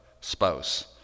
spouse